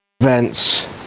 events